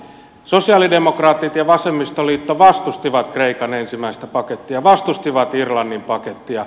sosialidemokraatit ja vasemmistoliitto vastustivat kreikan ensimmäistä pakettia vastustivat irlannin pakettia